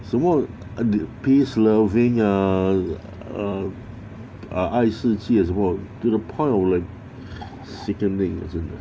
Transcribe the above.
什么 uh peace loving ah uh uh 爱世界什么 to the point of like sickening ah 真的是